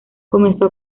comenzó